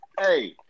Hey